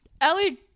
Ellie